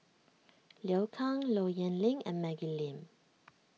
Liu Kang Low Yen Ling and Maggie Lim